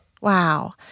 Wow